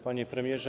Panie Premierze!